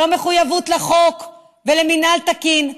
לא מחויבות לחוק ולמינהל תקין,